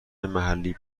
محلی